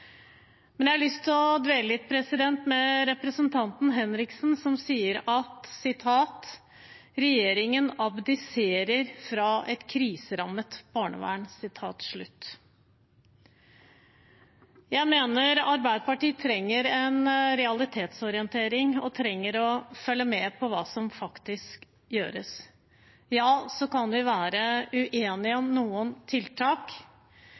Men jeg har lyst til å dvele litt ved representanten Henriksen, som sier at regjeringen abdiserer fra et kriserammet barnevern. Jeg mener Arbeiderpartiet trenger en realitetsorientering og trenger å følge med på hva som faktisk gjøres. Ja, vi kan være uenige om noen tiltak,